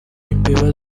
imbeba